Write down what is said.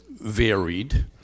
varied